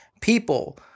people